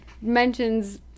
mentions